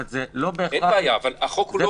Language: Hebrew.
זה פעם אחת.